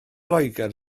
loegr